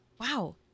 wow